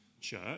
church